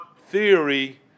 theory